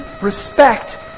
respect